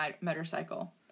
motorcycle